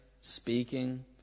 speaking